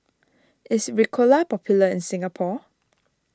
is Ricola popular in Singapore